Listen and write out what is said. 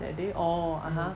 that day orh (uh huh)